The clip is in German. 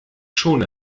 schon